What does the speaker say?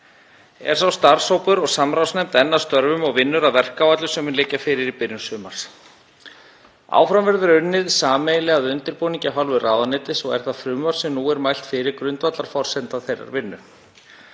Er sá starfshópur og samráðsnefnd enn að störfum og vinnur að verkáætlun sem mun liggja fyrir í byrjun sumars. Áfram verður unnið sameiginlega að undirbúningi af hálfu ráðuneytis og er það frumvarp sem nú er mælt fyrir grundvallarforsenda þeirrar vinnu.